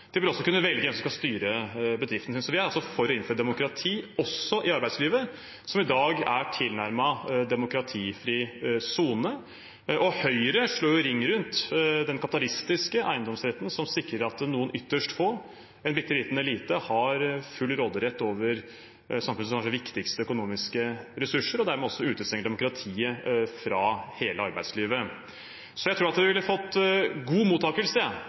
De vil også kunne velge en som skal styre bedriften, synes vi. Vi er for å innføre demokrati også i arbeidslivet, som i dag er tilnærmet demokratifri sone. Høyre slår jo ring rundt den kapitalistiske eiendomsretten, som sikrer at noen ytterst få, en bitte liten elite, har full råderett over samfunnets kanskje viktigste økonomiske ressurser, og dermed også utestenger demokratiet fra hele arbeidslivet. Så jeg tror at det ville ha fått god mottakelse